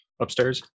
upstairs